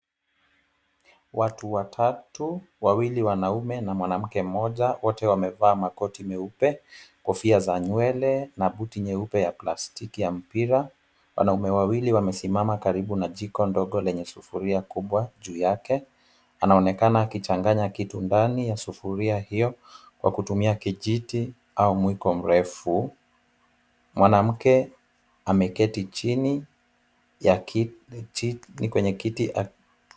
Watu watatu, wawili wanaume na mwanamke mmoja. Wote wamevaa makoti nyeupe, kofia za nywele na buti nyeupe ya plastiki ya mpira. Wanaume wawili wamesimama karibu na jiko ndogo lenye sufuria kubwa juu yake. Anaonekana akichanganya kitu ndani ya sufuria hiyo kwa kutumia kijiti au mwiko mrefu. Mwanamke ameketi chini ya kiti kwenye kiti.